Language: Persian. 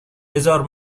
بزار